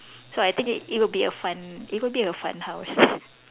so I think it it would be a fun it would be a fun house